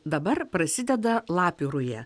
dabar prasideda lapių ruja